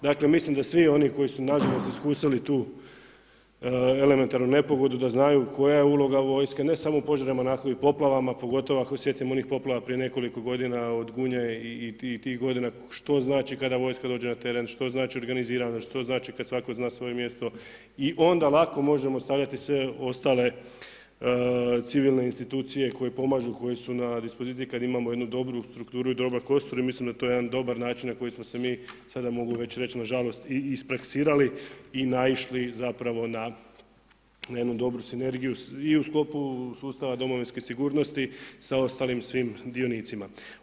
Dakle mislim da svi oni koji su nažalost iskusili tu elementarnu nepogodu da znaju koja je uloga vojske, ne samo u požarima, poplavama pogotovo, ako se sjetimo onih poplava prije nekoliko godina od Gunje i tih godina, što znači kada vojska dođe na teren, što znači organiziranost, što znači kad svatko zna svoje mjesto i onda lako možemo stavljati sve ostale civilne institucije koje pomažu, koje su na dispoziciji kad imamo jednu dobru strukturu i dobar kostur i mislim da je to jedan dobar način na koji smo se mi, sada mogu već reći nažalost i ispraksirali i naišli na jednu dobru sinergiju i u sklopu sustava domovinske sigurnosti sa ostalim svim dionicima.